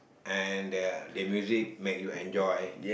and the the music make you enjoy